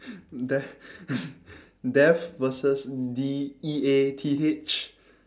death death versus D E A T H